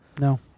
no